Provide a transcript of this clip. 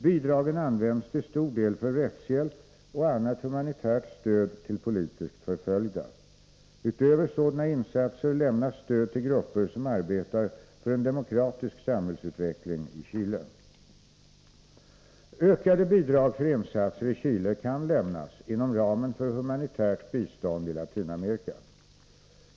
Bidragen används till stor del för rättshjälp och annat humanitärt stöd till politiskt förföljda. Utöver sådana insatser lämnades stöd till grupper som arbetar för en demokratisk samhällsutveckling i Chile. Ökade bidrag för insatser i Chile kan lämnas inom ramen för humanitärt bistånd i Latinamerika.